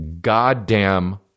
goddamn